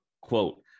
quote